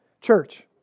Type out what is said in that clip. Church